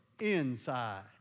Inside